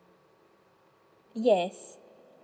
yes